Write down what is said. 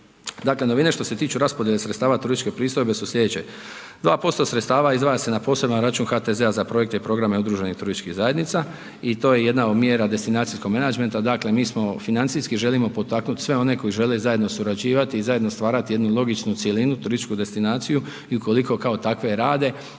Dakle, novina je što se tiču raspodjele sredstava turističke pristojbe su slijedeće. 2% sredstava izdvaja se na poseban račun HTZ-a za projekte i programe udruženih turističkih zajednica i to je jedna od mjera destinacijskog menadžmenta, dakle mi smo financijski želimo potaknut sve one koji žele zajedno surađivati i zajedno stvarati jednu logičnu cjelinu, turističku destinaciju i ukoliko kao takve rade